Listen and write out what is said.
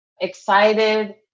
excited